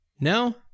No